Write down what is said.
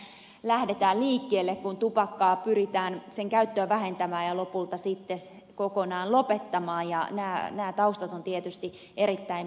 siitähän lähdetään liikkeelle kun tupakan käyttöä pyritään vähentämään ja lopulta sitten kokonaan lopettamaan ja nämä taustat ovat tietysti erittäin merkittävät